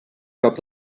prop